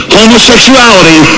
Homosexuality